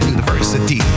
University